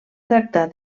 tractar